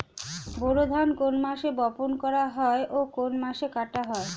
বোরো ধান কোন মাসে বপন করা হয় ও কোন মাসে কাটা হয়?